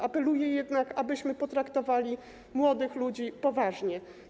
Apeluję jednak, abyśmy potraktowali młodych ludzi poważnie.